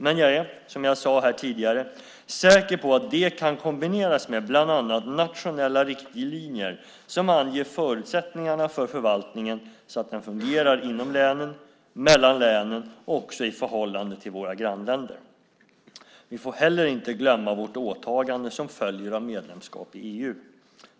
Men jag är, som jag sade här tidigare, säker på att det kan kombineras med bland annat nationella riktlinjer som anger förutsättningarna för förvaltningen så att den fungerar inom länen, mellan länen och också i förhållande till våra grannländer. Vi får heller inte glömma vårt åtagande som följer av vårt medlemskap i EU.